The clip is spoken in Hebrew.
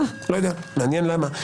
מעניין למה.